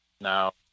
now